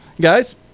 Guys